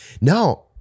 No